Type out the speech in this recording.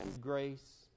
Grace